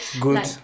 good